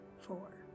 four